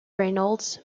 reynolds